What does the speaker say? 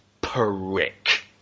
prick